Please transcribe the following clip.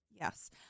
yes